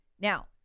Now